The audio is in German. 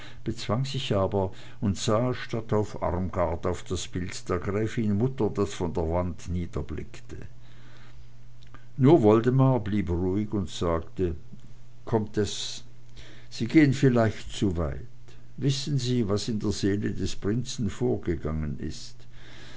bezwang sich aber und sah statt auf armgard auf das bild der gräfinmutter das von der wand niederblickte nur woldemar blieb ruhig und sagte comtesse sie gehen vielleicht zu weit wissen sie was in der seele des prinzen vorgegangen ist